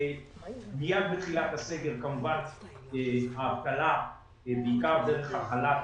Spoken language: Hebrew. מיד בתחילת הסגר כמובן האבטלה, בעיקר דרך החל"ת